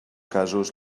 casos